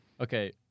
Okay